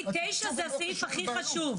9 זה הסעיף הכי חשוב.